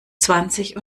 zwanzig